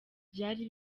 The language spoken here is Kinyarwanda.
byari